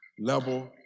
level